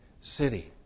city